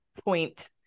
point